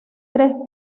tres